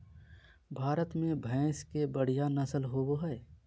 भारत में भैंस के बढ़िया नस्ल होबो हइ